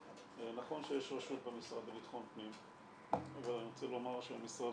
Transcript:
נכון שיש רשות במשרד לביטחון פנים אבל אני רוצה לומר שהמשרד